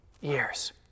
years